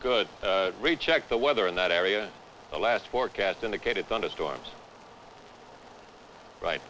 good recheck the weather in that area the last forecast indicated thunderstorms right